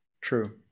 true